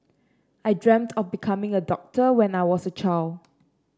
I dreamt of becoming a doctor when I was a child